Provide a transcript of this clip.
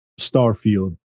Starfield